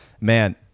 Man